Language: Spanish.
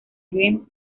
dream